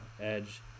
edge